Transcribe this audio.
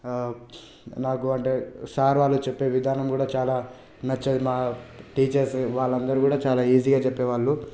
నాకు అంటే సార్ వాళ్ళు చెప్పే విధానం కూడా చాలా నచ్చేది మన టీచర్సు వాళ్ళందరూ కూడా చాలా ఈజీగా చెప్పేవాళ్ళు